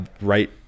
right